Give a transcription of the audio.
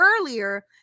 earlier